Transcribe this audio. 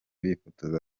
bifotoza